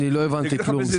לא הבנתי כלום.